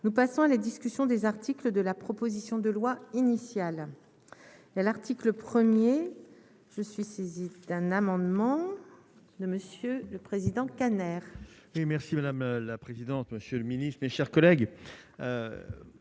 nous passons à la discussion des articles de la proposition de loi initiale de l'article 1er je suis saisi d'un amendement de monsieur le président, Canet. Merci madame la présidente, monsieur le Ministre, mes chers collègues,